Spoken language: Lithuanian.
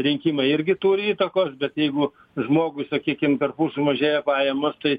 rinkimai irgi turi įtakos bet jeigu žmogui sakykim perpus sumažėja pajamos tai